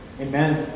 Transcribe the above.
Amen